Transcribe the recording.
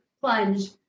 plunge